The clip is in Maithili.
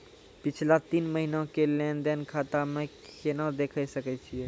पिछला तीन महिना के लेंन देंन खाता मे केना देखे सकय छियै?